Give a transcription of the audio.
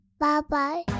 Bye-bye